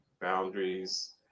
Boundaries